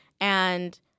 and-